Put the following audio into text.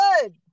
good